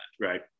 right